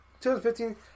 2015